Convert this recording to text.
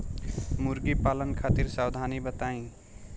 मुर्गी पालन खातिर सावधानी बताई?